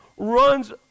runs